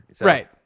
Right